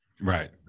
right